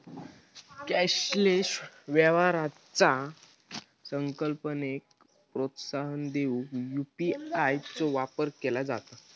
cashless व्यवहाराचा संकल्पनेक प्रोत्साहन देऊक यू.पी.आय चो वापर केला जाता